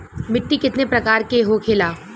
मिट्टी कितने प्रकार के होखेला?